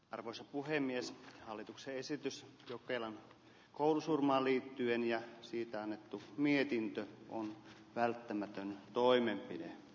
arvoisa puhemies hallituksen esitys jokelan koulusurmaan liittyen ja siitä annettu mietintö on välttämätön toimenpide